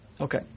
okay